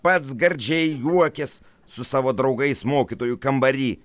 pats gardžiai juokės su savo draugais mokytojų kambary